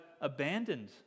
abandoned